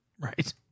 Right